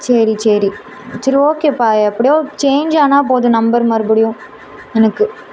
சரி சரி சரி ஓகேப்பா எப்படியோ சேன்ஞ் ஆனால் போதும் நம்பர் மறுபடியும் எனக்கு